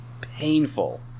painful